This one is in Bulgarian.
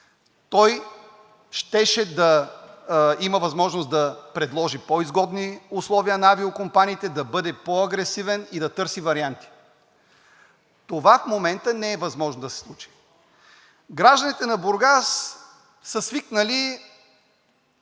той щеше да има възможност да предложи по-изгодни условия на авиокомпаниите, да бъде по-агресивен и да търси варианти. Това в момента не е възможно да се случи. Гражданите на Бургас са свикнали